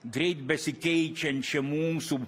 greit besikeičiančią mūsų